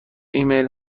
ایمیل